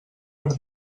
per